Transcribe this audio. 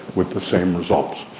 with the same results.